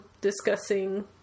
discussing